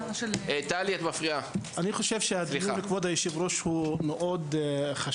כבוד היושב-ראש, אני חושב שהדיון חשוב מאוד.